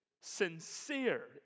sincere